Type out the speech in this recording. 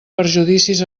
perjudicis